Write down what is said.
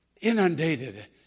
inundated